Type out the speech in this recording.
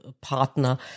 partner